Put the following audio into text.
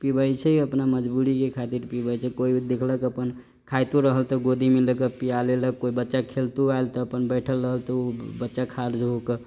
पिबै छै अपना मजबूरीके खातिर पिबै छै कोइके देखलक अपन खाइतो रहल तऽ गोदीमे लऽ कऽ पिआ लेलक लेलक कोइ बच्चा खेलतो आएल तऽ अपन बैठल तऽ ओ बच्चा